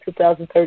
2013